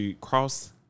cross